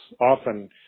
often